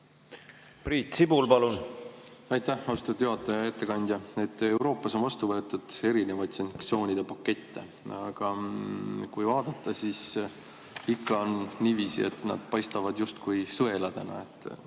Priit Sibul, palun! Aitäh, austatud juhataja! Hea ettekandja! Euroopas on vastu võetud erinevaid sanktsioonide pakette, aga kui vaadata, siis ikka on niiviisi, et nad paistavad justkui sõeladena.